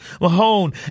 Mahone